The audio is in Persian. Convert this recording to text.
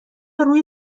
روی